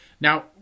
Now